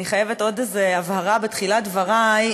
אני חייבת עוד איזו הבהרה בתחילת דברי.